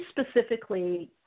specifically